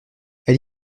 elle